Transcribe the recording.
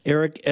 Eric